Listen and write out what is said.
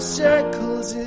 circles